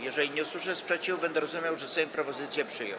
Jeżeli nie usłyszę sprzeciwu, będę rozumiał, że Sejm propozycję przyjął.